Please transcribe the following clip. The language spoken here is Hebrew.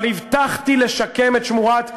אבל הבטחתי לשקם את שמורת עין-עברונה.